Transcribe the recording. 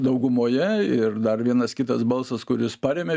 daugumoje ir dar vienas kitas balsas kuris parėmė